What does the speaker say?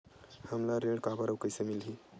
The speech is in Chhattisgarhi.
हमला ऋण काबर अउ कइसे मिलही?